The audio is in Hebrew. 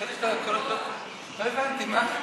חשבתי שאתה, לא הבנתי מה אתה,